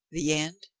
the end?